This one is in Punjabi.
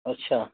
ਅੱਛਾ